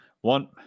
one